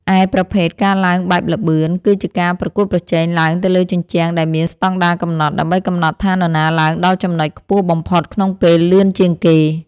ឯប្រភេទ ការឡើងបែបល្បឿន គឺជាការប្រកួតប្រជែងឡើងទៅលើជញ្ជាំងដែលមានស្តង់ដារកំណត់ ដើម្បីកំណត់ថានរណាឡើងដល់ចំណុចខ្ពស់បំផុតក្នុងពេលលឿនជាងគេ។